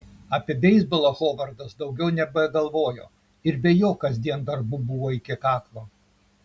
apie beisbolą hovardas daugiau nebegalvojo ir be jo kasdien darbų buvo iki kaklo